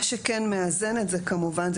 מה שכן מאזן את זה כמובן,